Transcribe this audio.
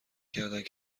کردهاند